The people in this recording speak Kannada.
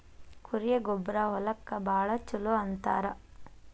ಕುರಿಯ ಗೊಬ್ಬರಾ ಹೊಲಕ್ಕ ಭಾಳ ಚುಲೊ ಅಂತಾರ